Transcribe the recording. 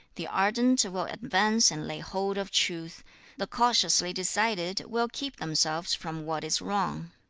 the ardent will advance and lay hold of truth the cautiously decided will keep themselves from what is wrong